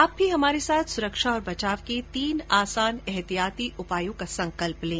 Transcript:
आप भी हमारे साथ सुरक्षा और बचाव के तीन आसान एहतियाती उपायों का संकल्प लें